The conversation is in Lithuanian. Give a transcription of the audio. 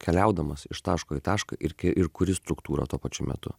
keliaudamas iš taško į tašką ir ir kuri struktūrą tuo pačiu metu